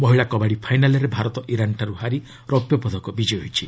ମହିଳା କବାଡ଼ି ଫାଇନାଲ୍ରେ ଭାରତ ଇରାନ୍ଠାରୁ ହାରି ରୌପ୍ୟ ପଦକ ବିଜୟୀ ହୋଇଛି